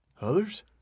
Others